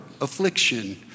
affliction